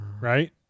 right